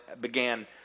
began